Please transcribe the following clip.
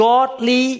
Godly